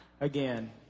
again